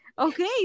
Okay